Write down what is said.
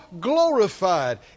glorified